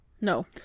no